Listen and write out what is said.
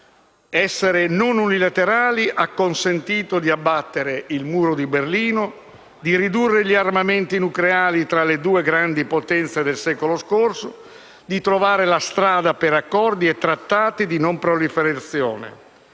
Essere non unilaterali ha consentito di abbattere il muro di Berlino, di ridurre il numero degli armamenti nucleari tra le due grandi potenze del secolo scorso, di trovare la strada per accordi e trattati di non proliferazione.